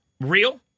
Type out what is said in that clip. Real